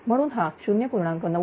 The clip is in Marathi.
म्हणून हा 0